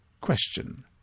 Question